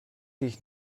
dich